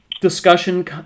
discussion